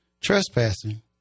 trespassing